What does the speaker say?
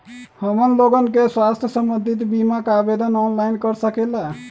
हमन लोगन के स्वास्थ्य संबंधित बिमा का आवेदन ऑनलाइन कर सकेला?